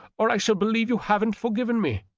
or i shall believe you haven't forgiven me.